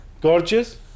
gorgeous